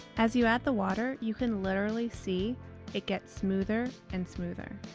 as you add the water you can literally see it get smoother and smoother.